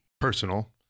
personal